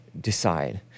decide